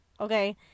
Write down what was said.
Okay